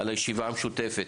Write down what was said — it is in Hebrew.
על הישיבה המשותפת.